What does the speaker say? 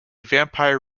vampire